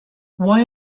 why